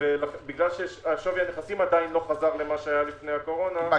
בגלל ששווי הנכסים עדיין לא חזר למה שהיה לפני הקורונה --- למה?